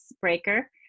Breaker